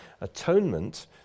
Atonement